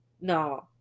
no